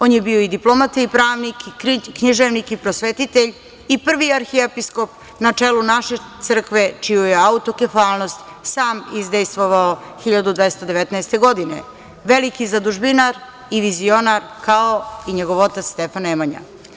On je bio i diplomata i pravnik, književnik i prosvetitelj i prvi arhiepiskop na čelu naše crkve, čiju je autokefalnost sam izdejstvovao 1219. godine, veliki zadužbinar i vizionar, kao i njegov otac Stefan Nemanja.